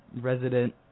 resident